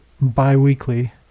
bi-weekly